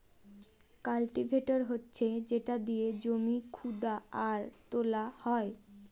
cultivator হচ্ছে যেটা দিয়ে জমি খুদা আর তোলা হয়